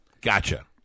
Gotcha